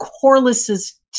Corliss's